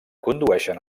condueixen